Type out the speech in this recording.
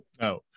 No